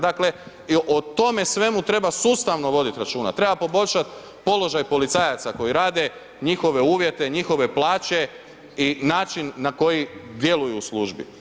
Dakle o tome svemu treba sustavno voditi računa, treba poboljšati položaj policajaca koji rade, njihove uvjete, njihove plaće i način na koji djeluju u službi.